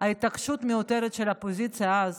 ההתעקשות המיותרת של האופוזיציה אז